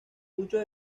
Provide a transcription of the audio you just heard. muchos